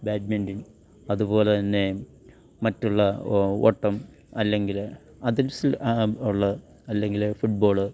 badminton അതുപോലെ തന്നെ മറ്റുള്ള ഓട്ടം അല്ലെങ്കിൽ അതിംസിൽ ഉള്ള അല്ലെങ്കിൽ ഫുട് ബോൾ